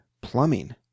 plumbing